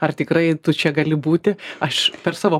ar tikrai tu čia gali būti aš per savo